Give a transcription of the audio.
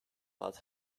but